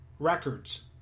records